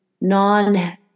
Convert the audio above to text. non